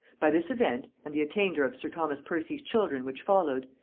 by this event, and the attainder of sir thomas percy's children which followed,